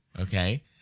okay